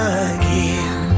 again